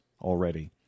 already